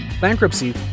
bankruptcy